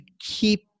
keep